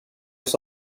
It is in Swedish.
oss